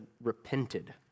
repented